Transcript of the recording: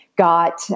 Got